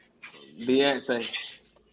Beyonce